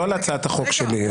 לא על הצעת החוק שלי.